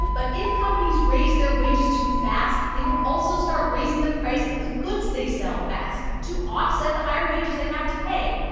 but if companies raise their wages too fast, they will also start raising the price of the goods they sell fast to offset the higher wages they have to pay.